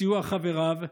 בסיוע חבריו,